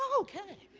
okay